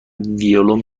ویلون